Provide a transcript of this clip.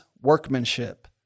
workmanship